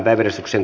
asia